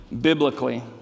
biblically